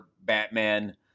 Batman